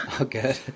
Okay